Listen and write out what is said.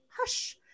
hush